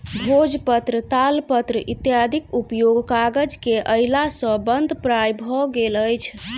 भोजपत्र, तालपत्र इत्यादिक उपयोग कागज के अयला सॅ बंद प्राय भ गेल अछि